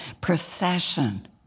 procession